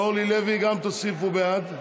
אורלי לוי, גם תוסיפו, בעד.